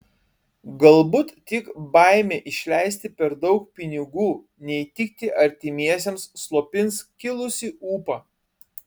galbūt tik baimė išleisti per daug pinigų neįtikti artimiesiems slopins kilusį ūpą